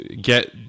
get